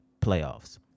playoffs